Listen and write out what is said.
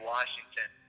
Washington